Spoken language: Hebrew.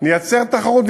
נייצר תחרות,